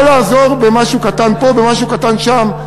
לא לעזור במשהו קטן פה, במשהו קטן שם,